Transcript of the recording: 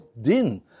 din